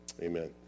amen